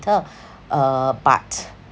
later uh but